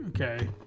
okay